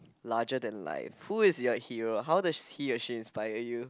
larger than life who is your hero how does he or she inspire you